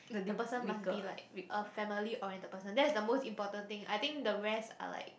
the person must be like a family oriented person that is the most important thing I think the rest are like